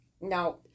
No